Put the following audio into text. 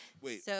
Wait